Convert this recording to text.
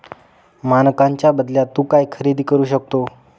मानकांच्या बदल्यात तू काय खरेदी करू शकतो?